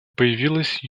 появилась